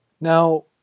Now